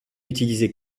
utilisait